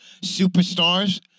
superstars